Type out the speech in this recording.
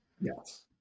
Yes